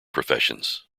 professions